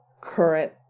current